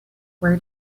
where